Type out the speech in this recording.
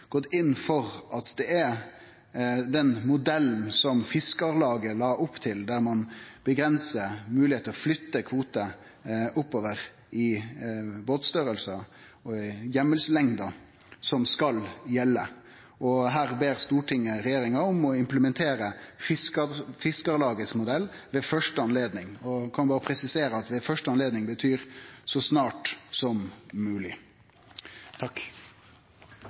gått inn for at det er den modellen som Fiskarlaget la opp til, der ein avgrensar moglegheitene til å flytte kvotar oppover i båtstorleik og i heimelslengder, som skal gjelde, og her ber Stortinget regjeringa om å implementere Fiskarlagets modell ved første anledning. Eg kan da berre presisere at «ved første anledning» betyr så snart som